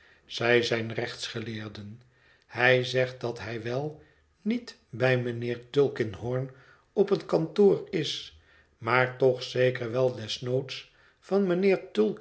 zij zijn rechtsgeleerden hij zegt dat hij wel niet bij mijnheer tulkinghorn op het kantoor is maar toch zeker wel desnoods van mijnheer